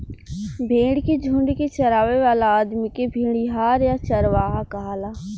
भेड़ के झुंड के चरावे वाला आदमी के भेड़िहार या चरवाहा कहाला